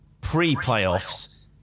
pre-playoffs